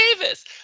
Davis